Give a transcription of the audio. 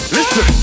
Listen